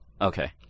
Okay